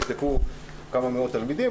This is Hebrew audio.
נבדקו כמה מאות תלמידים,